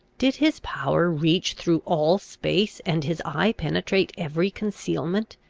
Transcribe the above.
did his power reach through all space, and his eye penetrate every concealment?